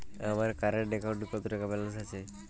আমার কারেন্ট অ্যাকাউন্টে কত টাকা ব্যালেন্স আছে?